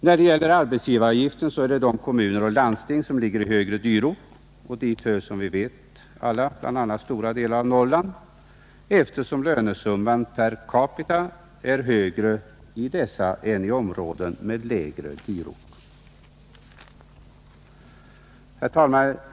När det gäller arbetsgivaravgiften är det de kommuner och landsting som ligger i högre dyrort — och dit hör, som vi alla vet, bl.a. stora delar av Norrland — eftersom lönesumman per capita är högre där än i områden som tillhör lägre dyrort. Herr talman!